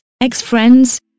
ex-friends